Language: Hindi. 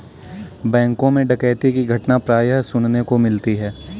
बैंकों मैं डकैती की घटना प्राय सुनने को मिलती है